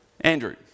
Andrew